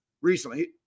recently